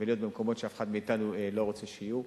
ולהיות במקומות שאף אחד מאתנו לא רוצה שיהיו.